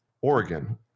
Oregon